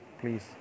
Please